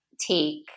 take